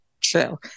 True